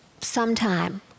sometime